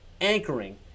anchoring